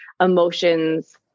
emotions